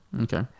Okay